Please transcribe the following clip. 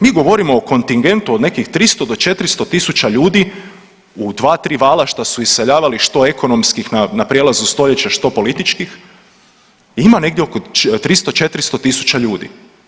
Mi govorimo o kontingentu od nekih 300 do 400 tisuća ljudi u 2-3 vala šta su iseljavali što ekonomskih na prijelazu stoljeća, što političkih, ima negdje oko 300-400 tisuća ljudi.